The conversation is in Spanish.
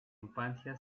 infancia